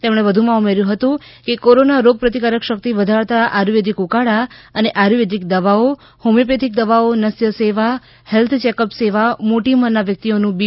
તેમણે ઉમેર્યું હતું કે કોરોના રોગ પ્રતિકારક શક્તિ વધારતા આયુર્વેદિક ઉકાળા અને આયુર્વેદિક દવાઓ હોમિથોપેથિક દવાઓ નસ્ય સેવા હેલ્થ ચેકઅપ સેવા મોટી ઉમરના વ્યક્તિઓનું બી